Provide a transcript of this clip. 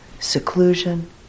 seclusion